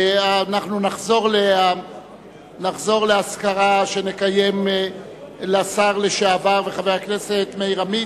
אנחנו נחזור לאזכרה שנקיים לשר לשעבר וחבר הכנסת מאיר עמית,